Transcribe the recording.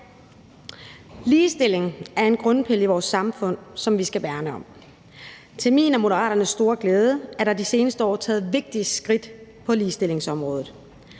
Ligestilling er en grundpille i vores samfund, som vi skal værne om. Til min og Moderaternes store glæde er der de seneste år taget vigtige skridt på ligestillingsområdet.